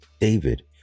David